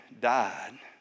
died